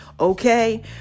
Okay